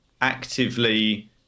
actively